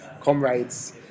comrades